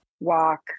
walk